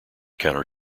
counter